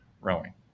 rowing